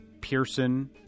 Pearson